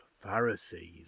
Pharisees